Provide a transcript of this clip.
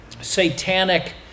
satanic